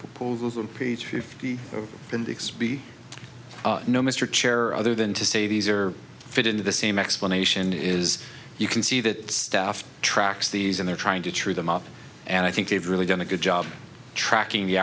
proposals on page fifty index b no mr chair other than to say these are fit into the same explanation is you can see that staff tracks these and they're trying to trip them up and i think they've really done a good job tracking the